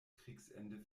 kriegsende